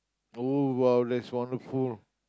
oh !wow! that's wonderful